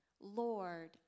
Lord